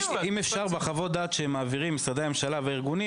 בחוות-הדעת שמעבירים משרדי הממשלה והארגונים